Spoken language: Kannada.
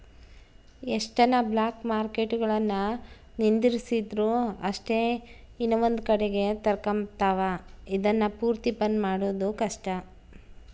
ಎಷ್ಟನ ಬ್ಲಾಕ್ಮಾರ್ಕೆಟ್ಗುಳುನ್ನ ನಿಂದಿರ್ಸಿದ್ರು ಅಷ್ಟೇ ಇನವಂದ್ ಕಡಿಗೆ ತೆರಕಂಬ್ತಾವ, ಇದುನ್ನ ಪೂರ್ತಿ ಬಂದ್ ಮಾಡೋದು ಕಷ್ಟ